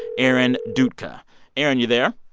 erin dutka erin, you there?